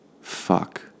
Fuck